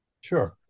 Sure